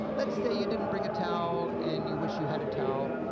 let's say you didn't bring a towel, and you wish you had a towel,